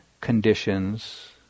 conditions